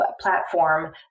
platform